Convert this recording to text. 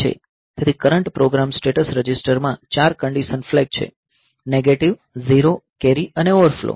તેથી current program status રજિસ્ટરમાં 4 condition flag છે નેગેટિવ ઝીરો કેરી અને ઓવરફ્લો